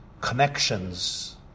Connections